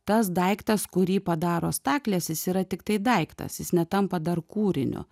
tas daiktas kurį padaro staklės jis yra tiktai daiktas jis netampa dar kūriniu